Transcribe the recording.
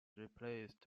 replaced